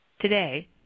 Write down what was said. Today